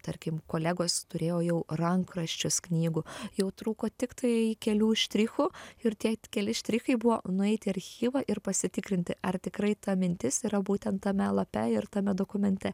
tarkim kolegos turėjau jau rankraščius knygų jau trūko tiktai kelių štrichų ir tie keli štrichai buvo nueiti į archyvą ir pasitikrinti ar tikrai ta mintis yra būtent tame lape ir tame dokumente